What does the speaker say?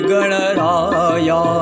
Ganaraya